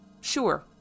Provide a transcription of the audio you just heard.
Sure